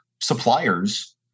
suppliers